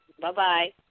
Bye-bye